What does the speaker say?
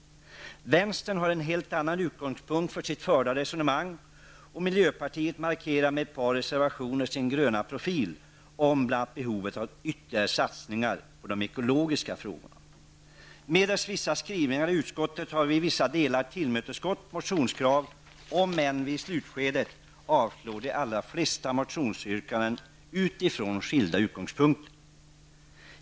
Vänstern har en helt annan utgångspunkt för sitt förda resonemang. Miljöpartiet markerar med ett par reservationer sin gröna profil om bl.a. behovet av ytterligare satsningar på de ekologiska frågorna. Medelst vissa skrivningar i utskottet har vi i vissa delar tillmötesgått motionskrav om än vi i slutskedet utifrån skilda utgångspunkter avstyrker de allra flesta motionsyrkandena. Herr talman!